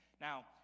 Now